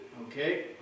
Okay